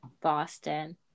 Boston